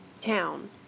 town